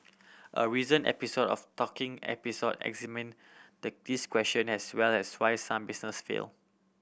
a recent episode of Talking Episode examine the this question as well as why some businesses fail